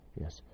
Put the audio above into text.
yes